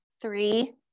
three